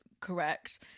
correct